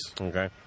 Okay